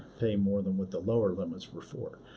pay more than what the lower limits were for?